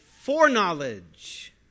foreknowledge